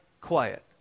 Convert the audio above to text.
quiet